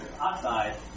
oxide